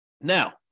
Now